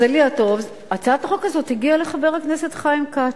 מזלי הטוב שהצעת החוק הזאת הגיעה לחבר הכנסת חיים כץ.